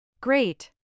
great